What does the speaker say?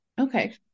Okay